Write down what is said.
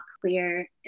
clear